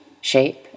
shape